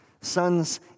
Sons